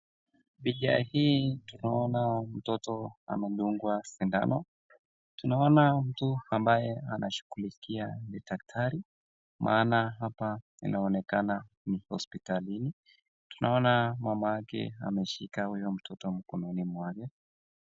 Mtoto anadungwa sindano na mtu anayeshughulikia ni daktari na wako hospitalini na mama mtoto anamshika huyo mtoto mkononi mwake.